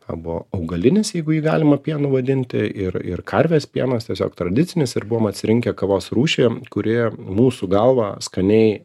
na buvo augalinis jeigu jį galima pienu vadinti ir ir karvės pienas tiesiog tradicinis ir buvom atsirinkę kavos rūšį kuri mūsų galva skaniai